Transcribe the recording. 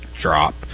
drop